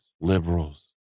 liberals